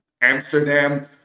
Amsterdam